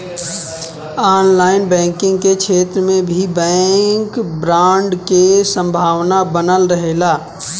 online banking के क्षेत्र में भी बैंक फ्रॉड के संभावना बनल रहेला